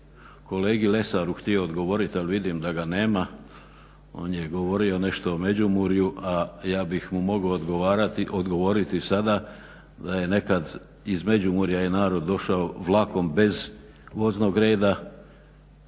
kolegi Lesaru htio odgovoriti ali vidim da ga nema. On je govorio nešto o Međimurju, a ja bih mu mogao odgovoriti sada da je nekada iz Međimurja je narod došao vlakom bez voznog reda